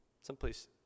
Someplace